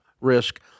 risk